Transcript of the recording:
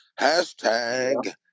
Hashtag